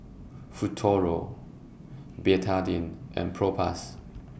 Futuro Betadine and Propass